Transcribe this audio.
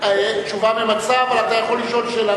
תשובה ממצה, אבל אתה יכול לשאול שאלה